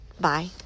Bye